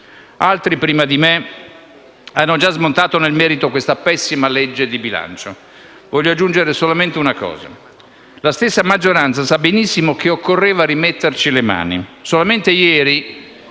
Altri prima di me hanno già smontato nel merito questo pessimo disegno di legge di bilancio ed io voglio aggiungere solo una cosa. La stessa maggioranza sa benissimo che occorreva rimetterci le mani: solo ieri,